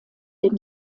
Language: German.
dem